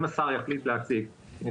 אם השר יחליט להציג,